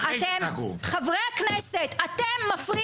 חברת הכנסת רוזין, אני מבקשת.